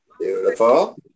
Beautiful